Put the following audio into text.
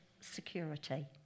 security